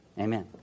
Amen